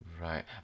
Right